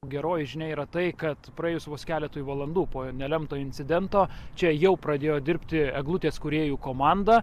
geroji žinia yra tai kad praėjus vos keletui valandų po nelemto incidento čia jau pradėjo dirbti eglutės kūrėjų komanda